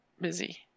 busy